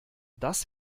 das